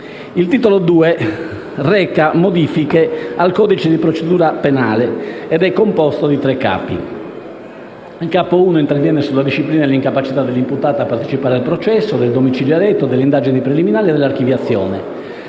Il Titolo II reca modifiche al codice di procedura penale ed è composto da tre Capi. Il Capo I interviene sulla disciplina dell'incapacità dell'imputato a partecipare al processo, del domicilio eletto, delle indagini preliminari e dell'archiviazione.